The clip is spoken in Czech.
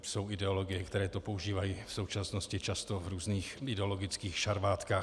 Jsou ideologie, které to používají v současnosti často v různých ideologických šarvátkách.